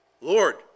Lord